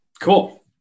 Cool